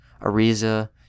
Ariza